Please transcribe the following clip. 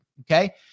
Okay